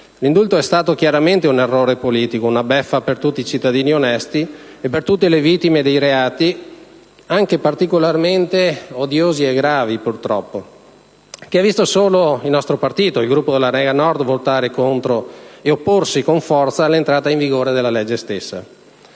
L'indulto è stato chiaramente un errore politico, una beffa per tutti i cittadini onesti e per tutte le vittime di reati, anche particolarmente odiosi e gravi, purtroppo, che ha visto solo il Gruppo della Lega Nord votare contro e opporsi con forza all'entrata in vigore della legge stessa.